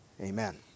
Amen